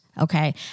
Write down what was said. Okay